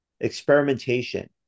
experimentation